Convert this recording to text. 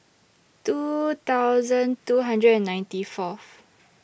two thousand two hundred and ninety Fourth